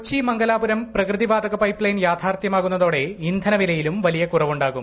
കൊച്ചി മംഗലാപുരം പ്രകൃതിവാതക pipeline യാഥാർത്ഥ്യമാകുന്നതോടെ ഇന്ധന വിലയിലും വലിയ കുറവുണ്ടാകും